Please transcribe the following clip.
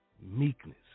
meekness